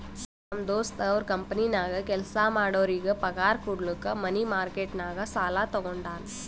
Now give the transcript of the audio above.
ನಮ್ ದೋಸ್ತ ಅವ್ರ ಕಂಪನಿನಾಗ್ ಕೆಲ್ಸಾ ಮಾಡೋರಿಗ್ ಪಗಾರ್ ಕುಡ್ಲಕ್ ಮನಿ ಮಾರ್ಕೆಟ್ ನಾಗ್ ಸಾಲಾ ತಗೊಂಡಾನ್